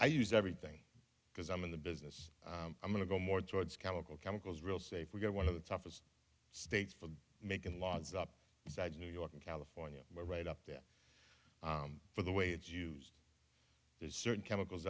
i use everything because i'm in the business i'm going to go more towards chemical chemicals real safe we've got one of the toughest states for making laws up side new york and california right up there for the way it's used there's certain chemicals